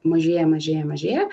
mažėja mažėja mažėja